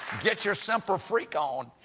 get your semper freak on.